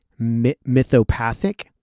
mythopathic